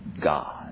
God